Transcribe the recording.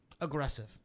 aggressive